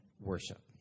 worship